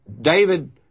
David